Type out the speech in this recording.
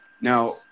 Now